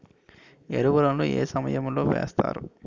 ఎరువుల ను ఏ సమయం లో వేస్తారు?